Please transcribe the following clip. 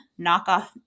knockoff